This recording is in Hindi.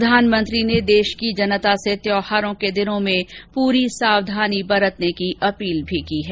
प्रधानमंत्री ने देश की जनता से त्यौहारों के दिनों में पूरी सावधानी बरतने की अपील भी की है